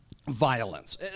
Violence